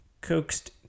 coaxed